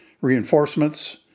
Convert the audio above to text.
reinforcements